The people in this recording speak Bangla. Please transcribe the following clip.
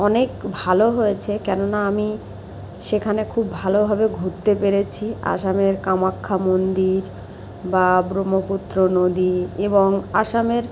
অনেক ভালো হয়েছে কেননা আমি সেখানে খুব ভালোভাবে ঘুরতে পেরেছি আসামের কামাক্ষ্যা মন্দির বা ব্রহ্মপুত্র নদী এবং আসামের